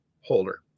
holder